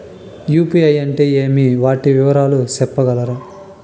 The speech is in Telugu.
యు.పి.ఐ అంటే ఏమి? వాటి వివరాలు సెప్పగలరా?